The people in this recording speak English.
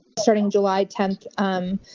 starting july tenth, um